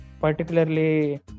particularly